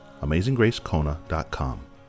AmazingGraceKona.com